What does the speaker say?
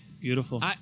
Beautiful